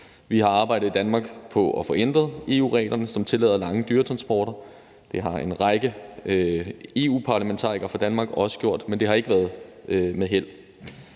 Danmark arbejdet på at få ændret EU-reglerne, som tillader lange dyretransporter. Det har en række EU-parlamentarikere fra Danmark også gjort, men det har ikke været med held.